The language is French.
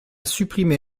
supprimé